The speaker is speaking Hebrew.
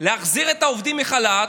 להחזיר את העובדים מחל"ת,